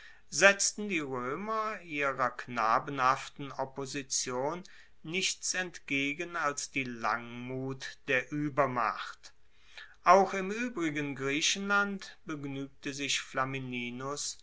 setzten die roemer ihrer knabenhaften opposition nichts entgegen als die langmut der uebermacht auch im uebrigen griechenland begnuegte sich flamininus